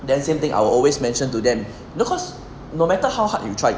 then same thing I will always mention to them because no matter how hard you try